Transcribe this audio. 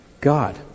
God